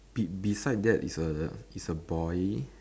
be beside that is a is a boy